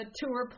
tour